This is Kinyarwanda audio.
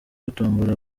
gutombora